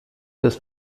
des